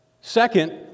Second